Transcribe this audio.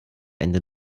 ende